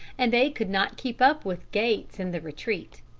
and they could not keep up with gates in the retreat.